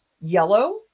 yellow